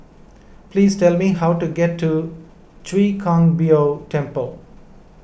please tell me how to get to Chwee Kang Beo Temple